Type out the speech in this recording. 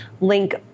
link